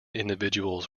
individuals